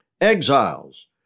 Exiles